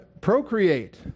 procreate